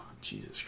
Jesus